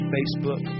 Facebook